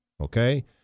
okay